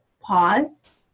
pause